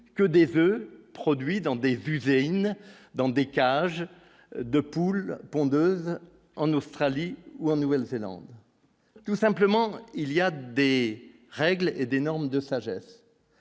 que des vieux produits dans des Budgets in dans des cages de poules pondeuses en Australie ou en Nouvelle-Zélande, tout simplement, il y a Béziers règles et des normes de sagesse